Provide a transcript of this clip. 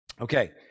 Okay